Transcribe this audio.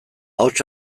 ahots